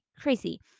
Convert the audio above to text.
Crazy